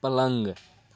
पलङ्ग